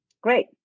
Great